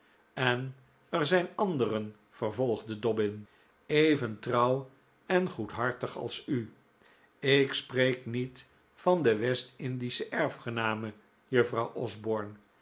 en er zijn anderen vervolgde dobbin even trouw en goedhartig als u ik spreek niet van de west-indische erfgename juffrouw osborne